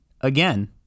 Again